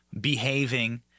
behaving